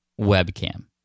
webcam